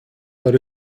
but